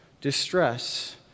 distress